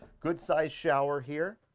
good sized shower here.